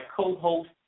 co-host